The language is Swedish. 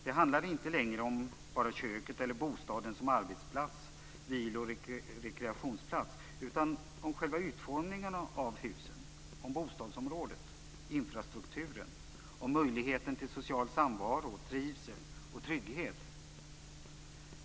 Det handlar inte längre om bara köket eller bostaden som arbetsplats, vilo och rekreationsplats, utan om själva utformningen av husen, om bostadsområdet, infrastrukturen, om möjligheten till social samvaro, trivsel och trygghet.